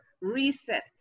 reset